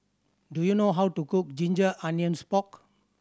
do you know how to cook ginger onions pork